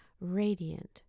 radiant